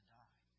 die